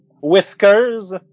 Whiskers